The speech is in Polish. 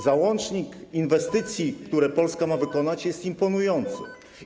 Załącznik z inwestycjami, które Polska ma wykonać, jest imponujący.